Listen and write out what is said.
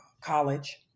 college